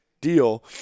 deal